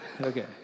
Okay